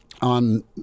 on